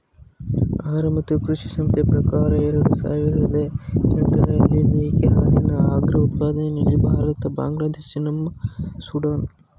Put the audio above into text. ಆಹಾರ ಮತ್ತು ಕೃಷಿ ಸಂಸ್ಥೆ ಪ್ರಕಾರ ಎರಡು ಸಾವಿರದ ಎಂಟರಲ್ಲಿ ಮೇಕೆ ಹಾಲಿನ ಅಗ್ರ ಉತ್ಪಾದಕರು ಭಾರತ ಬಾಂಗ್ಲಾದೇಶ ಮತ್ತು ಸುಡಾನ್